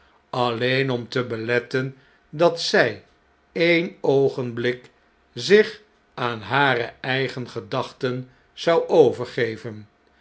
alleen om te beletten dat zij een oogenblik zich aan hare eigen gedachten zou overgeven